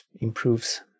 improves